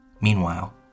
Meanwhile